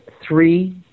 three